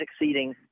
exceeding